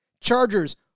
Chargers